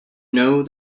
know